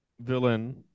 villain